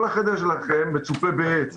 כל החדר מצופה בעץ.